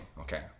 okay